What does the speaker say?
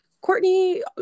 Courtney